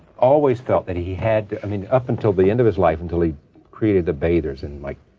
always felt that he had, i mean, up until the end of his life, until he created the bathers in, like,